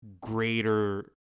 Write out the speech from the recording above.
greater